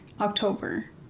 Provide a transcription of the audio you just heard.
October